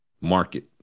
Market